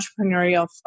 entrepreneurial